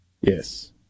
Yes